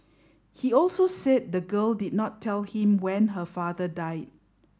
he also said the girl did not tell him when her father died